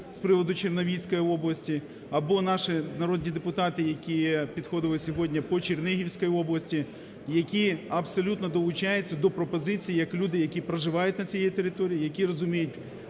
з приводу Чернівецької області, або наші народні депутати, які підходили сьогодні по Чернігівській області, які абсолютно долучаються до пропозиції як люди, які проживають на цій території, які розуміють